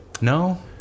No